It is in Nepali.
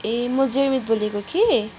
ए म जेरमित बोलेको कि